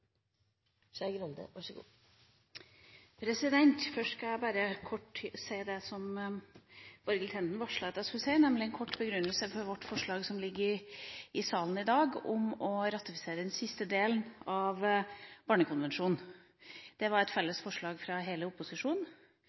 Først skal jeg bare kort gjøre det Borghild Tenden varslet at jeg skulle gjøre, nemlig gi en kort begrunnelse for vårt forslag som er omdelt i salen i dag, om å ratifisere den siste delen av Barnekonvensjonen. Det var et felles forslag fra hele opposisjonen,